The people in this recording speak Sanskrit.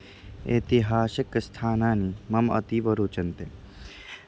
ऐतिहासिकस्थानानि माम अतीव रोचन्ते